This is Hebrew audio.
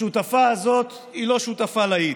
השותפה הזאת היא לא שותפה להיט,